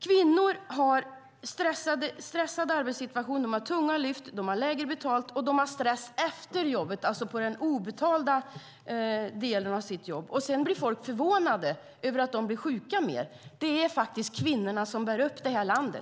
Kvinnor har stressade arbetssituationer, gör tunga lyft, får lägre betalt och har stress efter jobbet, alltså på den obetalda delen. Sedan blir folk förvånade över att kvinnorna blir sjuka mer. Det är faktiskt kvinnorna som bär upp det här landet.